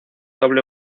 doble